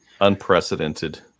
unprecedented